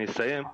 בישיבה הקודמת